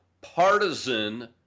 partisan